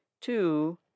Two